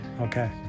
Okay